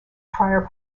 prior